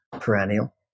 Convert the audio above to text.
perennial